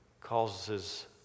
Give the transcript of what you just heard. causes